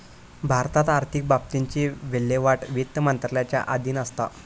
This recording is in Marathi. भारतात आर्थिक बाबतींची विल्हेवाट वित्त मंत्रालयाच्या अधीन असता